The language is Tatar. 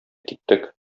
киттек